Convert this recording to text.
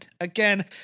again